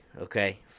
Okay